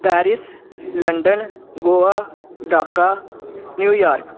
Paris London Goa Dhaka New York